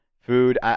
food